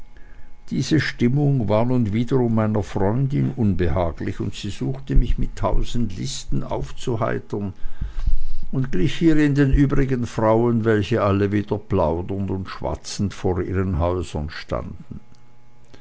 diese stimmung war nun wiederum meiner freundin unbehaglich und sie suchte mich mit tausend listen aufzuheitern und glich hierin den übrigen frauen welche alle wieder plaudernd und schwatzend vor ihren häusern standen